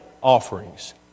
offerings